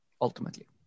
Ultimately